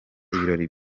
ibirori